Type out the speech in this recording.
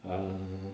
um